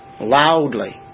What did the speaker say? loudly